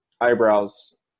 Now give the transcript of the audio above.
eyebrows